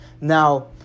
Now